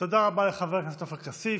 תודה רבה לחבר הכנסת עופר כסיף.